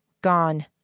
Gone